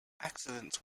accidents